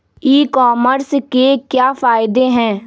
ई commerce के क्या फायदे हैं?